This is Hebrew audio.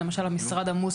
אם המשרד עמוס,